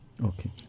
okay